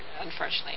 unfortunately